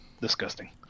Disgusting